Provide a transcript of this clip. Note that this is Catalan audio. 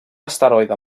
asteroide